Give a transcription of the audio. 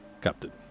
Captain